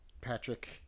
Patrick